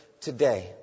today